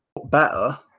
better